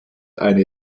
eine